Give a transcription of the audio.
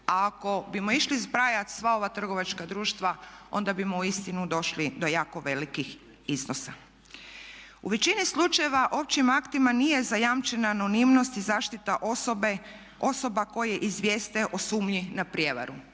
A ako bismo išli zbrajati sva ova trgovačka društva onda bismo uistinu došli do jako velikih iznosa. U većini slučajeva općim aktima nije zajamčena anonimnost i zaštita osoba koje izvijeste o sumnji na prijevaru.